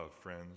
friends